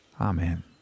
Amen